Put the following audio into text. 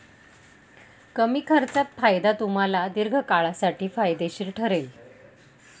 कमी खर्चात फायदा तुम्हाला दीर्घकाळासाठी फायदेशीर ठरेल